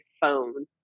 phone